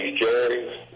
Jerry